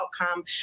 outcome